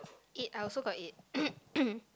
eight I also got eight